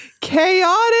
chaotic